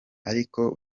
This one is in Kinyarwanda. ariko